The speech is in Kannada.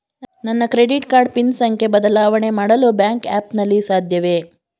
ನನ್ನ ಕ್ರೆಡಿಟ್ ಕಾರ್ಡ್ ಪಿನ್ ಸಂಖ್ಯೆ ಬದಲಾವಣೆ ಮಾಡಲು ಬ್ಯಾಂಕ್ ಆ್ಯಪ್ ನಲ್ಲಿ ಸಾಧ್ಯವೇ?